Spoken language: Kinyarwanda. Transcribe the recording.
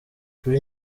kuri